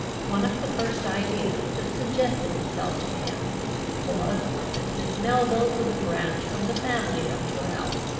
one of the first ideas that suggested itself to him was, that miss melvile was a branch of the family of tyrrel.